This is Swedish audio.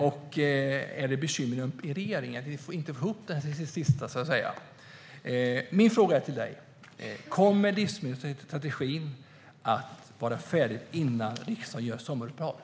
Finns det bekymmer i regeringen som gör att ni inte får ihop det sista? Kommer livsmedelsstrategin att vara färdig innan riksdagen gör sommaruppehåll?